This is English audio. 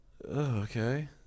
okay